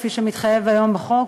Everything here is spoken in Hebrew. כפי שמתחייב היום בחוק,